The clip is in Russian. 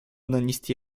нанести